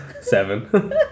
Seven